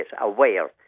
AWARE